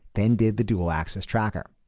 than did the dual-axis tracker.